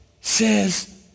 says